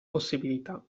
possibilità